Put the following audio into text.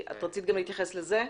רצית להתייחס גם לזה?